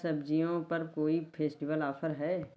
क्या सब्ज़ियों पर कोई फेस्टिवल ऑफर है